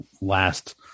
last